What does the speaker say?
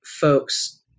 folks